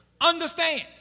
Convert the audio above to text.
Understand